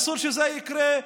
אסור שזה יקרה.